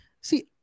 see